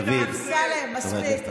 אתם לא דמוקרטים, לא יכולים להכיל את ההפסד.